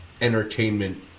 entertainment